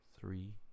three